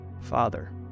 Father